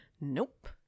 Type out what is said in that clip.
Nope